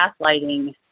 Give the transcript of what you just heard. gaslighting